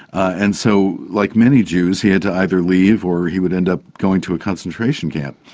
and so, like many jews, he had to either leave or he would end up going to a concentration camp.